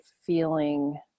feeling